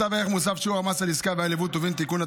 בצו מס ערך מוסף (שיעור המס על עסקה ועל יבוא טובין) (תיקון),